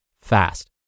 fast